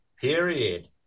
period